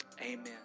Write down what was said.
Amen